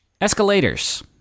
Escalators